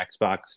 Xbox